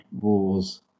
wars